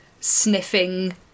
sniffing